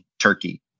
turkey